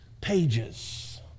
pages